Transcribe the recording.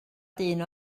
dyn